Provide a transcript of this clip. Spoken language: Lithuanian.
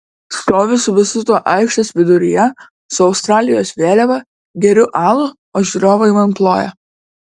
stoviu su visu tuo aikštės viduryje su australijos vėliava geriu alų o žiūrovai man ploja